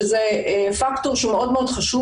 שזה פקטור שהוא מאוד חשוב,